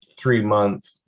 three-month